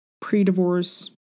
pre-divorce